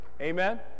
Amen